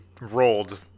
rolled